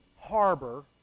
harbor